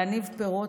להניב פירות,